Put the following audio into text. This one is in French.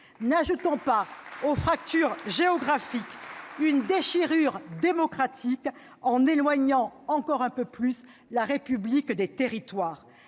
N'ajoutons pas aux fractures géographiques une déchirure démocratique en éloignant encore un peu plus la République des territoires.